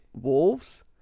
wolves